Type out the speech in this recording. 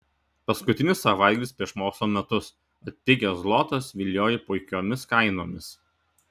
paskutinis savaitgalis prieš mokslo metus atpigęs zlotas vilioja puikiomis kainomis